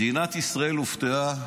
מדינת ישראל הופתעה,